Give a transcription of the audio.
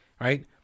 right